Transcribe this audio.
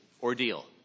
ordeal